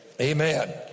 Amen